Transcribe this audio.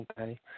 Okay